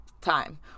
time